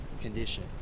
condition